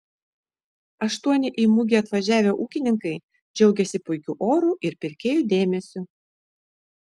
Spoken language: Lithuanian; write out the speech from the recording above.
aštuoni į mugę atvažiavę ūkininkai džiaugėsi puikiu oru ir pirkėjų dėmesiu